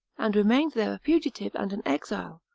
and remained there a fugitive and an exile,